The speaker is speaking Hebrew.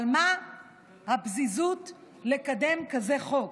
מה הפזיזות לקדם כזה חוק?